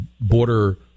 border